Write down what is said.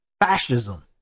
fascism